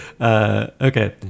Okay